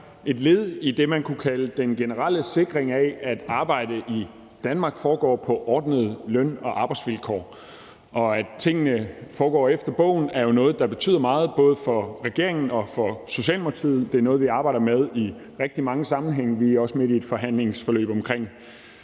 et led i det, man kunne kalde den generelle sikring af, at arbejde i Danmark foregår på ordnede løn- og arbejdsvilkår. Og at tingene foregår efter bogen, er jo noget, der betyder meget både for regeringen og for Socialdemokratiet. Det er noget, vi arbejder med i rigtig mange sammenhænge, og vi er også midt i et forhandlingsforløb om